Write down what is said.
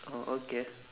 oh okay